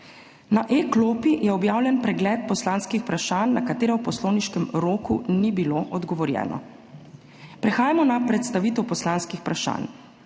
Na e-klopi je objavljen pregled poslanskih vprašanj, na katera v poslovniškem roku ni bilo odgovorjeno. Prehajamo na predstavitev poslanskih vprašanj.